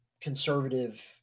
conservative